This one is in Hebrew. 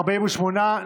48,